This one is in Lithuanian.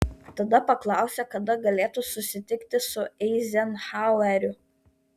tada paklausė kada galėtų susitikti su eizenhaueriu